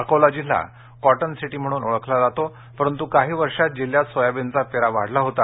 अकोला जिल्हा cotton city म्हणून ओळखला जातो परंतु काही वर्षात जिल्ह्यात सोयाबीनचा पेरा वाढला होता